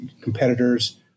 competitors